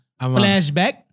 flashback